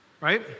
right